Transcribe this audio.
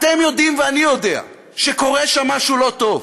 אתם יודעים ואני יודע שקורה שם משהו לא טוב,